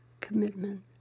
commitment